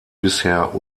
bisher